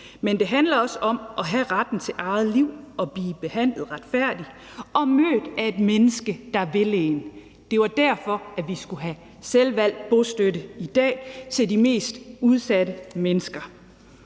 Men det handler også om at have retten til eget liv og at blive behandlet retfærdigt og mødt af et menneske, der vil en. Det er derfor, vi skal have selvvalgt bostøtte til de mest udsatte mennesker.